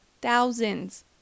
thousands